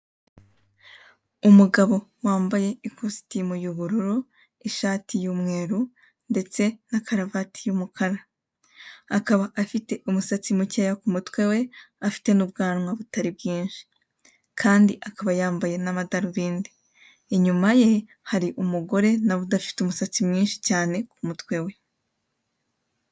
Umugabo wambaye ikositimu y'ubururu, ishati y'umweru ndetse na karavati y'umukara. Akaba afite umusatsi mukeya ku mutwe we afite n'ubwanwa butari bwinshi, kandi akaba yambaye n'amadarubindi. Inyuma ye hari umugore na we udafite umusatsi mwinshi cyane ku mutwe we.